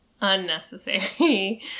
unnecessary